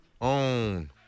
own